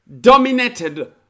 dominated